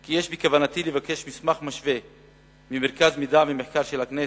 כי יש בכוונתי לבקש מסמך משווה ממרכז המידע והמחקר של הכנסת,